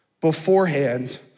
beforehand